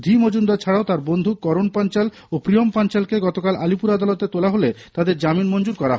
শ্রী মজুমদার ছাড়াও তার বন্ধু করণ পাঞ্চাল ও প্রিয়ম পাঞ্চালকে গতকাল আলিপুর আদালতে তোলা হলে তাঁদের জামিন মঞ্জুর করা হয়